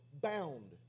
bound